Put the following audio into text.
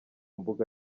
mbuga